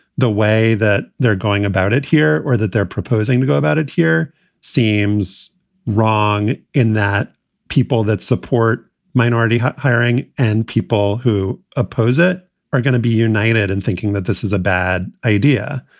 the way that they're going about it here or that they're proposing to go about it here seems wrong in that people that support minority hiring and people who oppose it are going to be united in and thinking that this is a bad idea.